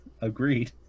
Agreed